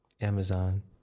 Amazon